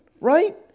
Right